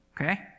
Okay